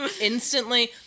instantly